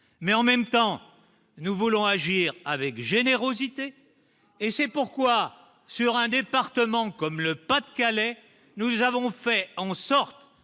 Mais en même temps, nous voulons agir avec générosité et c'est pourquoi, sur un département comme le Pas-de-Calais nous avons fait en sorte